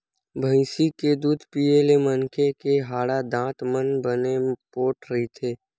भइसी के दूद पीए ले मनखे के हाड़ा, दांत मन बने पोठ रहिथे